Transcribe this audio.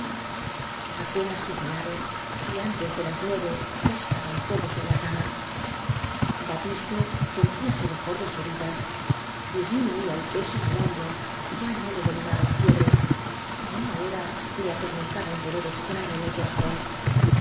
apenas si cenaron y an tes de las nueve ya estaban todos en la cama batiste sentíase mejor de su herida dismi nuía el peso en el hombro ya no le dominaba la fiebre pero ahora le atormentaba un dolor extraño en el corazón